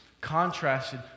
contrasted